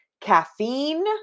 Caffeine